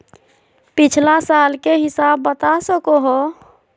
पिछला साल के हिसाब बता सको हो?